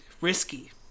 Risky